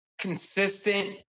consistent